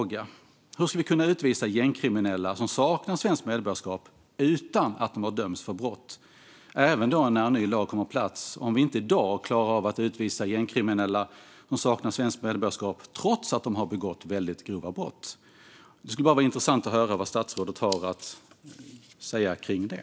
Hur ska vi, även när en ny lag kommit på plats, kunna utvisa gängkriminella som saknar svenskt medborgarskap utan att de har dömts för brott om vi inte i dag klarar av att utvisa de gängkriminella som saknar svenskt medborgarskap och som har begått väldigt grova brott? Det skulle vara intressant att höra vad statsrådet har att säga om det.